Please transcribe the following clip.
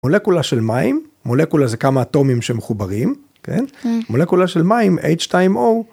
מולקולה של מים מולקולה זה כמה אטומים שמחוברים מולקולה, כן? מולקולה של מים h2o.